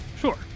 sure